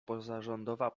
pozarządowa